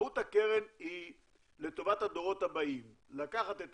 מהות הקרן היא לטובת הדורות הבאים, לקחת את